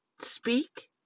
speak